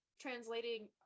translating